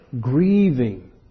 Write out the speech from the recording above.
grieving